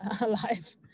alive